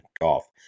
golf